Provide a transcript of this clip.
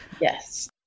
Yes